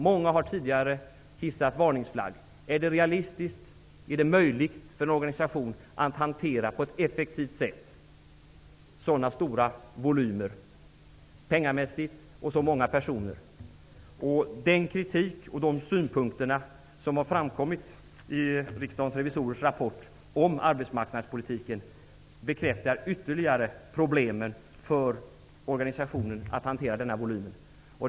Många har tidigare hissat varningsflagg: Är det möjligt för en organisation att på ett effektivt sätt hantera så stora volymer penningmässigt och så många personer? Den kritik och de synpunkter som har framkommit i Riksdagens revisorers rapport om arbetsmarknadspolitiken bekräftar ytterligare organisationens problem att hantera den volymen.